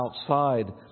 outside